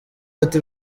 ati